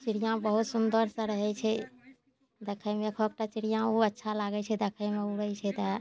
चिड़िआँ बहुत सुन्दरसे रहै छै देखैमे एकहकटा चिड़िआँ ओ अच्छा लागै छै देखैमे उड़ै छै तऽ